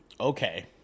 okay